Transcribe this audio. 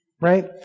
right